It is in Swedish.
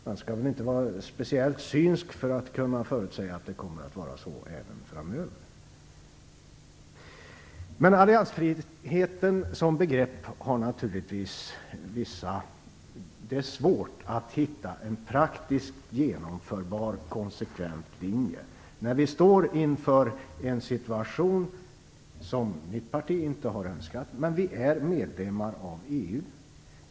Man behöver inte vara särskilt synsk för att kunna förutsäga att det kommer att vara så även framöver. När det gäller alliansfriheten som begrepp är det nu svårt att hitta en praktiskt genomförbar konsekvent linje. Vi befinner oss nu i en situation som mitt parti inte har önskat - vi är medlemmar av EU.